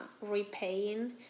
repaying